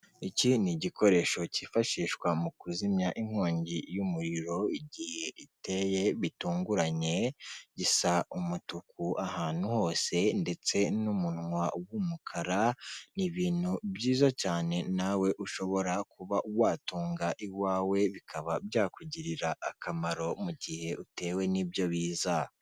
Iki ni igikoresho cyifashishwa mu kuzimya inkongi y'umuriro igihe iteye bitunguranye, gisa umutuku ahantu hose, ndetse n'umunwa w'umukara, ni ibintu byiza cyane nawe ushobora kuba watunga iwawe bikaba byakugirira akamaro mu gihe utewe n'ibyo biza.